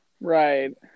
Right